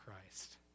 Christ